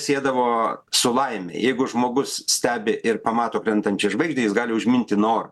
siedavo su laime jeigu žmogus stebi ir pamato krentančią žvaigždę jis gali užminti norą